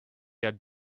had